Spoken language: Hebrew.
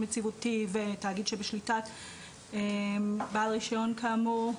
יציבותי בתאגיד שבשליטת בעל רישיון כאמור,